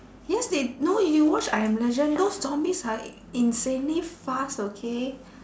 yes they no you watch I am legend those zombies are insanely fast okay